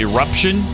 Eruption